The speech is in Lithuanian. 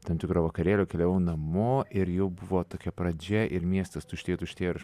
tam tikro vakarėlio keliavau namo ir jau buvo tokia pradžia ir miestas tuštėjo tuštėjo ir aš